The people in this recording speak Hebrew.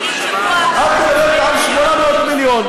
את מדברת על 800 מיליון,